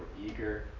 eager